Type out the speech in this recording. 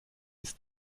ist